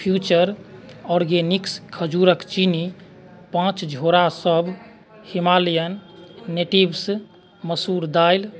future organics पाँच झौड़ा सभ हिमालयन निटिव्स मसूर दालि